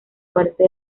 parte